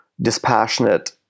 dispassionate